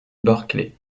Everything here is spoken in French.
barclay